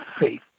faith